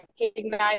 recognize